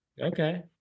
Okay